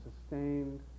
sustained